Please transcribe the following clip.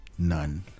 None